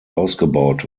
ausgebaut